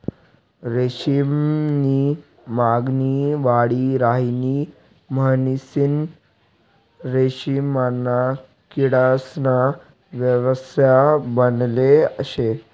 रेशीम नी मागणी वाढी राहिनी म्हणीसन रेशीमना किडासना व्यवसाय बनेल शे